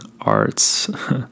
arts